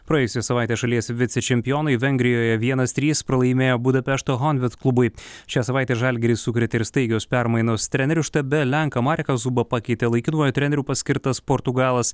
praėjusią savaitę šalies vicečempionai vengrijoje vienas trys pralaimėjo budapešto honvit klubui šią savaitę žalgirį sukrėtė ir staigios permainos trenerių štabe lenką mareką zubą pakeitė laikinuoju treneriu paskirtas portugalas